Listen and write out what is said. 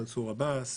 מנסור עבאס,